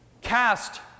cast